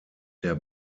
der